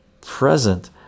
present